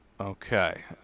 Okay